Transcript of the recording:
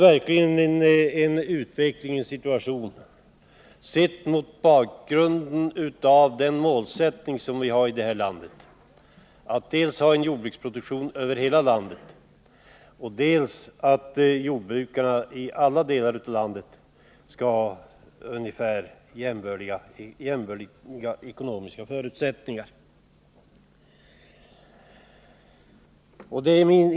Detta skall ses mot bakgrund av målsättningen i det här landet: dels att ha en jordbruksproduktion i hela landet, dels att jordbrukarna i alla delar av landet skall ha ungefär jämbördiga ekonomiska förutsättningar.